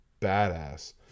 badass